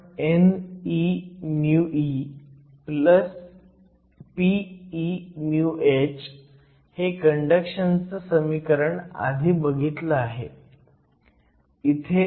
आपण n e μe p e μh हे कंडक्शनचं समीकरण आधी बघितलं आहे